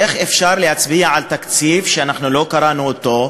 איך אפשר להצביע על תקציב שלא קראנו אותו,